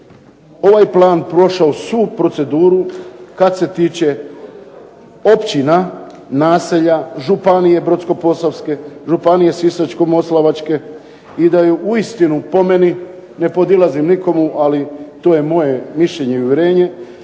ovaj plan prošao svu proceduru kad se tiče općina, naselja, Županije brodsko-posavske, Županije sisačko-moslavačke i da je uistinu po meni ne podilazim nikomu, ali to je moje mišljenje i uvjerenje